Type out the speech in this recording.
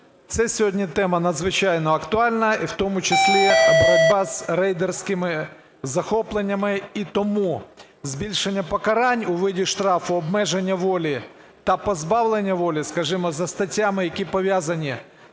Це сьогодні тема надзвичайно актуальна, і в тому числі боротьба з рейдерськими захопленнями. І тому збільшення покарань у виді штрафу, обмеження волі та позбавлення волі, скажімо, за статтями, які пов'язані